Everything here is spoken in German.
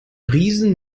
riesen